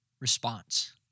response